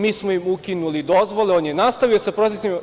Mi smo im ukinuli dozvole, a on je nastavio sa protestima.